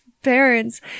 parents